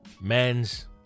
men's